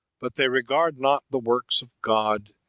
but they regard not the works of god,